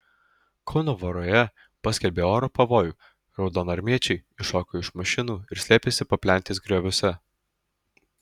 kauno voroje paskelbė oro pavojų raudonarmiečiai iššoko iš mašinų ir slėpėsi paplentės grioviuose